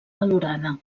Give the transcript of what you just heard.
valorada